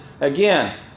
Again